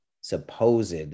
supposed